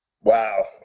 Wow